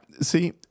see